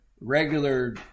regular